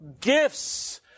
gifts